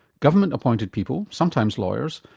government appointed people, sometimes lawyers,